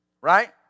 Right